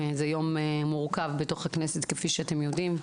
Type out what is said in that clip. זה יום מורכב בתוך הכנסת כפי שאתם יודעים.